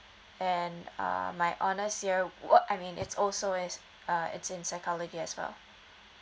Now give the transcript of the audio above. and uh my honors here what I mean it's also is uh it's in psychology as well